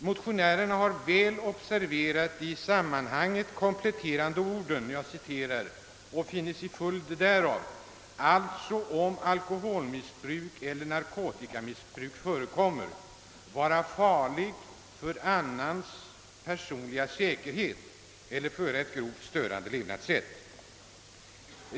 Motionärerna har noga observerat följande i detta sammanhang kompletterande ord: »——— och finnes i följd därav» — alltså om alkoholmissbruk eller narkotikamissbruk förekommer — »vara farlig för annans personliga säkerhet eller föra ett grovt störande levnadssätt».